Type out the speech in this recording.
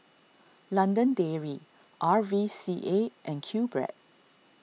London Dairy R V C A and Qbread